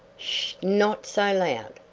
sh not so loud.